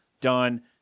done